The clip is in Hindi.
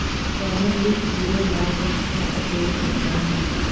शाहबलूत भूरे लाल रंग का अखरोट होता है